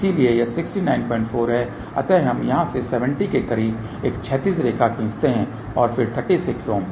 इसलिए यह 694 है अतः हम यहाँ से 70 के करीब एक क्षैतिज रेखा खींचते हैं और फिर 36 ओम